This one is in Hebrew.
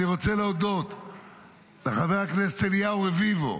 אני רוצה להודות לחבר הכנסת אליהו רביבו,